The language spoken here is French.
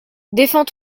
défends